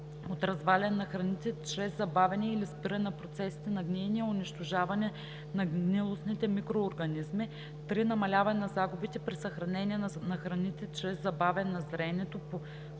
от разваляне на храните чрез забавяне или спиране на процесите на гниене и унищожаване на гнилостните микроорганизми; 3. намаляване на загубите при съхранение на храните чрез забавяне на зреенето, прорастването